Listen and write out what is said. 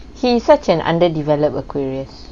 he is such an underdeveloped aquarius